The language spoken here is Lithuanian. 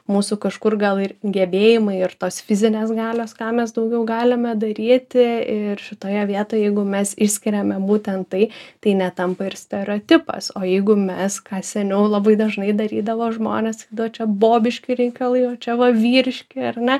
mūsų kažkur gal ir gebėjimai ir tos fizinės galios ką mes daugiau galime daryti ir šitoje vietoje jeigu mes išskiriame būtent tai tai netampa ir stereotipas o jeigu mes ką seniau labai dažnai darydavo žmonės sakydavo čia bobiški reikalai o čia va vyriški ar ne